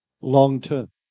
long-term